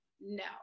No